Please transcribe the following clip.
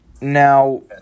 Now